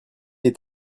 est